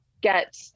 get